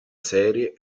serie